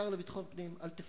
השר לביטחון פנים, אל תפחד.